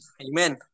Amen